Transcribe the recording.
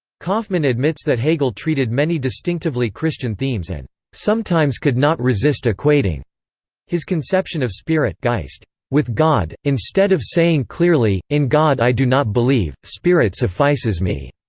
kaufmann admits that hegel treated many distinctively christian themes and sometimes could not resist equating his conception of spirit with god, instead of saying clearly in god i do not believe spirit suffices me.